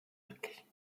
wirklichen